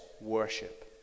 worship